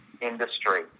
industry